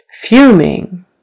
Fuming